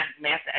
mass